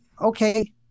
okay